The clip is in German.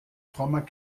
frommer